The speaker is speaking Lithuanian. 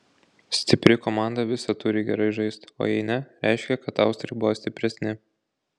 stipri komanda visad turi gerai žaist o jei ne reiškia kad austrai buvo stipresni